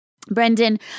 Brendan